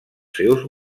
seus